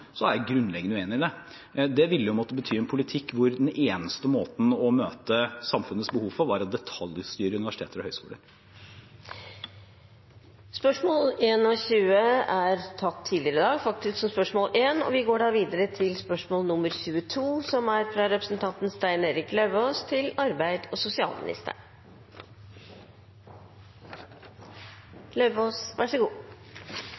er jeg grunnleggende uenig i det. Det ville måtte bety en politikk hvor den eneste måten å møte samfunnets behov på, var ved å detaljstyre universiteter og høyskoler. Spørsmål 21 er besvart tidligere. Jeg tillater meg å stille følgende spørsmål til arbeids- og